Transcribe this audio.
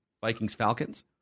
Vikings-Falcons